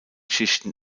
schichten